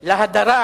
להדרה?